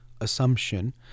assumption